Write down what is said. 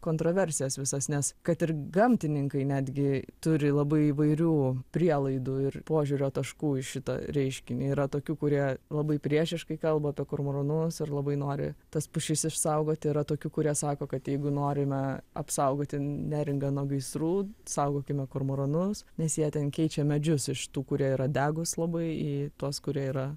kontroversijas visas nes kad ir gamtininkai netgi turi labai įvairių prielaidų ir požiūrio taškų į šitą reiškinį yra tokių kurie labai priešiškai kalba apie kormoranus ir labai nori tas pušis išsaugoti yra tokių kurie sako kad jeigu norime apsaugoti neringą nuo gaisrų saugokime kormoranus nes jie ten keičia medžius iš tų kurie yra degūs labai į tuos kurie yra